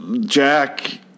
Jack